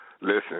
Listen